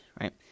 Right